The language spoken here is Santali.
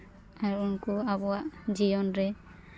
ᱟᱨ ᱩᱱᱠᱩ ᱟᱵᱚᱣᱟᱜ ᱡᱤᱭᱚᱱ ᱨᱮ